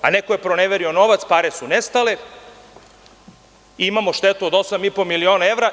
Neko je proneverio novac, pare su nestale i imamo štetu od 8,5 miliona evra.